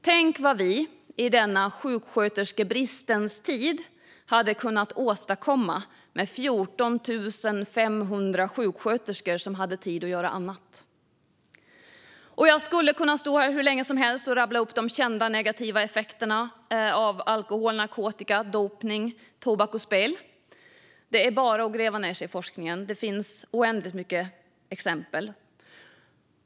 Tänk vad vi, i denna sjuksköterskebristens tid, hade kunnat åstadkomma med 14 500 sjuksköterskor som hade tid att göra annat! Jag skulle kunna stå här hur länge som helst och rabbla upp de kända negativa effekterna av alkohol, narkotika, dopning, tobak och spel. Det är bara att gräva ned sig i forskningen. Det finns oändligt många exempel.